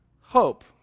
hope